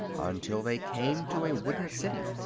until they came to a wooden city.